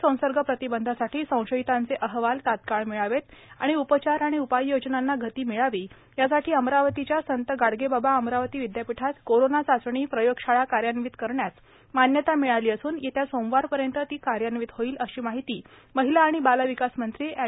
corona संसर्ग प्रतिबंधासाठी संशयितांचे अहवाल तत्काळ मिळावेत आहे उपचार उपाययोजनांना गती मिळावी यासाठी अमरावतीच्या संत गाडगेबाबा अमरावती विदयापीठात कोरोंना चाचणी प्रयोगशाळा कार्यान्वित करण्यात मान्यता मिळाली असून येत्या सोमवार पर्यन्त ती कार्यान्वित होतील अशी माहित महिला आणि बालविकास मंत्री अड